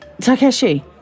Takeshi